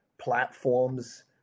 platforms